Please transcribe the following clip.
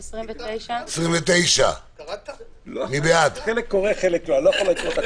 הסתייגות מס' 19. מי בעד ההסתייגות?